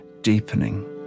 deepening